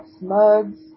mugs